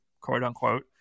quote-unquote